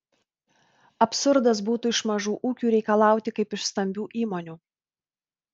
absurdas būtų iš mažų ūkių reikalauti kaip iš stambių įmonių